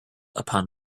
upon